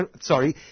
sorry